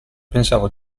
pensavo